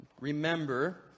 remember